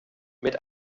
mit